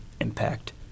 impact